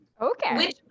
okay